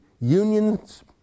unions